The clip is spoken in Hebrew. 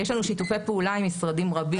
יש לנו שיתופי פעולה עם משרדים רבים.